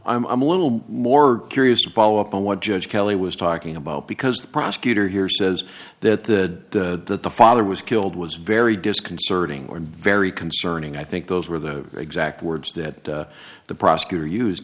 now i'm a little more curious to follow up on what judge kelly was talking about because the prosecutor here says that the father was killed was very disconcerting or very concerning i think those were the exact words that the